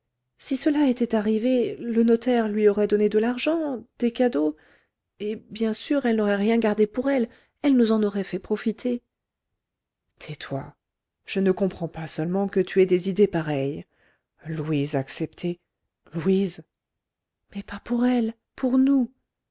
si cela était arrivé le notaire lui aurait donné de l'argent des cadeaux et bien sûr elle n'aurait rien gardé pour elle elle nous en aurait fait profiter tais-toi je ne comprends pas seulement que tu aies des idées pareilles louise accepter louise mais pas pour elle pour nous